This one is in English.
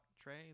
train